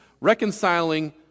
reconciling